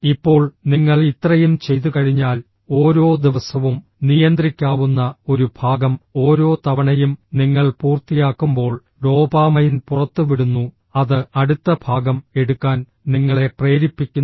ഇപ്പോൾ നിങ്ങൾ ഇത്രയും ചെയ്തുകഴിഞ്ഞാൽ ഓരോ ദിവസവും നിയന്ത്രിക്കാവുന്ന ഒരു ഭാഗം ഓരോ തവണയും നിങ്ങൾ പൂർത്തിയാക്കുമ്പോൾ ഡോപാമൈൻ പുറത്തുവിടുന്നു അത് അടുത്ത ഭാഗം എടുക്കാൻ നിങ്ങളെ പ്രേരിപ്പിക്കുന്നു